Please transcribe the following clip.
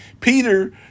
Peter